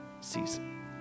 season